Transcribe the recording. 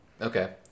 Okay